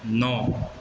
नओ